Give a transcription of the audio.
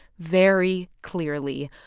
very clearly.